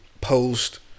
post